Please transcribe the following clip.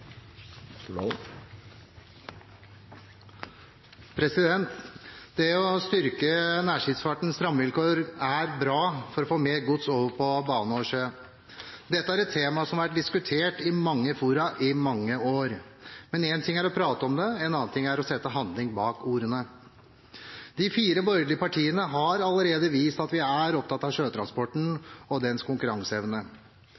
til. Det å styrke nærskipsfartens rammevilkår er bra for å få mer gods over på bane og sjø. Dette er et tema som har vært diskutert i mange fora i mange år. Men en ting er å prate om det, en annen ting er å sette handling bak ordene. De fire borgerlige partiene har allerede vist at vi er opptatt av